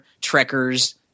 Trekkers